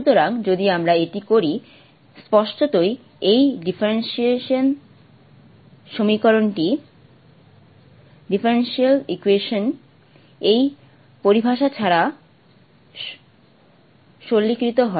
সুতরাং যদি আমরা এটি করি স্পষ্টতই এই ডিফারেনশিয়াল সমীকরণটি এই পরিভাষাটি ছাড়াই সরলীকৃত হয়